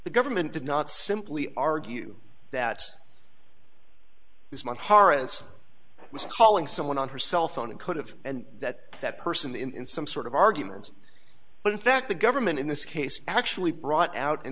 the government did not simply argue that this man horowitz was calling someone on her cell phone and could have and that that person in some sort of argument but in fact the government in this case actually brought out